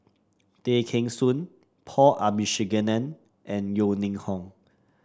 Tay Kheng Soon Paul Abisheganaden and Yeo Ning Hong